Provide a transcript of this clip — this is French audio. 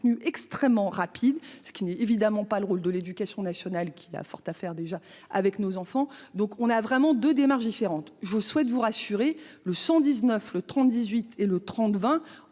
extrêmement rapide, ce qui n'est évidemment pas le rôle de l'éducation nationale qui a fort à faire déjà avec nos enfants, donc on a vraiment 2 démarches différentes, je souhaite vous rassurer le 119 le 30 18 et le 30 20 ont